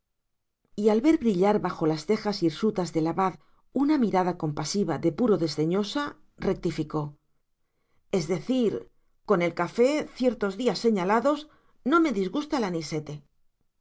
y al ver brillar bajo las cejas hirsutas del abad una mirada compasiva de puro desdeñosa rectificó es decir con el café ciertos días señalados no me disgusta el anisete